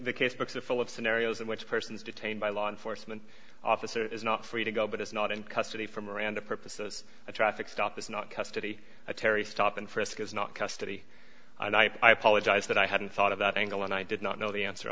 the case books are full of scenarios in which persons detained by law enforcement officer is not free to go but is not in custody for miranda purposes a traffic stop is not custody terry stop and frisk is not custody and i polished eyes that i hadn't thought of that angle and i did not know the answer